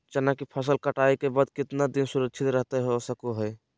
चना की फसल कटाई के बाद कितना दिन सुरक्षित रहतई सको हय?